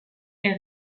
est